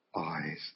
Eyes